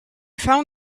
found